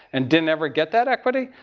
and didn't ever get that equity,